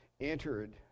entered